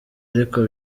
ariko